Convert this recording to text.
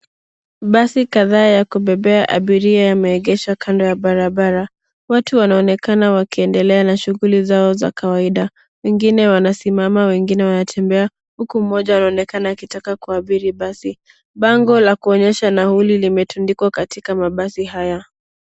Basi kadhaa ya kubebea abiria yameegeshwa kando ya barabara. Watu wanaonekana wakiendelea na shughuli zao za kawaida wengine wanasimama wengine wanatembea huku mmoja anaonekana akitaka kuabiri basi. Bango la kuonyesha nauli limetundikwa katika mabasi haya.